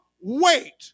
wait